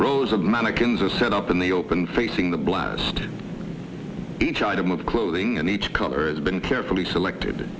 set up in the open facing the blast each item of clothing and each color has been carefully selected